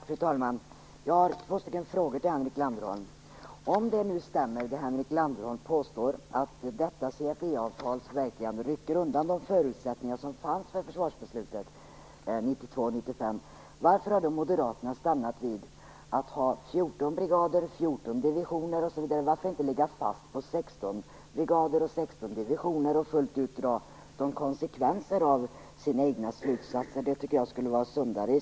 Fru talman! Jag har några frågor till Henrik Landerholm. Antag att det som han påstår om att CFE avtalet verkligen rycker undan de förutsättningar som fanns för försvarsbesluten 1992 och 1995 stämmer. Varför har då Moderaterna stannat vid 14 brigader, 14 divisioner osv.? Varför inte ligga fast vid 16 brigader och 16 divisioner och fullt ut dra konsekvenserna av sina egna slutsatser? Det tycker jag skulle vara sundare.